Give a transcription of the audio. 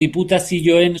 diputazioen